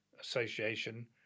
association